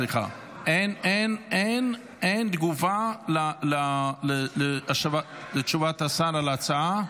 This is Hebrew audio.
אין תגובה על תשובת השר על ההצעה.